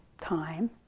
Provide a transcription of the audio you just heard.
time